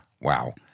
Wow